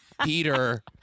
Peter